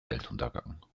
weltuntergang